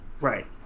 Right